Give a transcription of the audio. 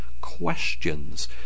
questions